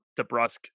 DeBrusque